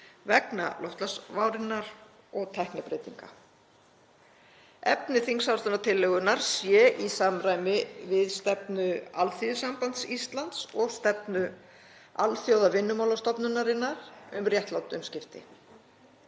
vegna loftslagsvárinnar og tæknibreytinga. Efni þingsályktunartillögunnar sé í samræmi við stefnu Alþýðusambands Íslands og stefnu Alþjóðavinnumálastofnunarinnar um réttlát umskipti.